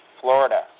Florida